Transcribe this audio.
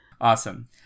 Awesome